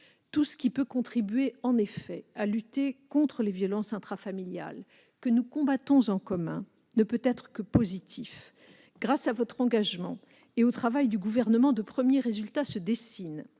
Tout ce qui peut contribuer, en effet, à lutter contre les violences intrafamiliales que nous combattons en commun ne peut être que positif. Grâce à votre engagement et au travail du Gouvernement, de premiers résultats se dessinent.